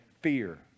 fear